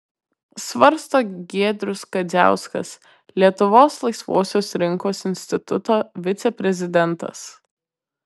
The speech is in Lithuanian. svarsto giedrius kadziauskas lietuvos laisvosios rinkos instituto viceprezidentas